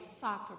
soccer